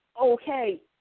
okay